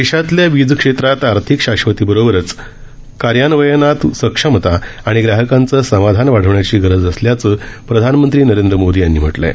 देशातल्या वीजक्षेत्रात आर्थिक शाश्वतीबरोबरच कार्यान्वयनात सक्षमता आणि ग्राहकांचं समाधान वाढवण्याची गरज असल्याचं प्रधानमंत्री नरेंद्र मोदी यांनी म्हटलं आहे